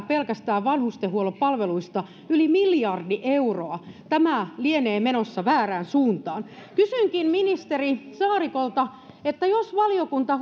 pelkästään vanhustenhuollon palveluista yli miljardi euroa tämä lienee menossa väärään suuntaan kysynkin ministeri saarikolta jos valiokunta